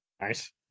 Nice